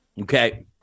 Okay